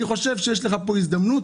אני חושב שיש לך פה הזדמנות